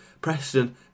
Preston